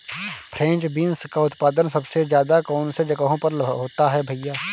French beans का उत्पादन सबसे ज़्यादा कौन से जगहों पर होता है भैया?